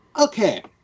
Okay